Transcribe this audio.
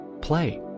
play